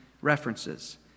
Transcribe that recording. references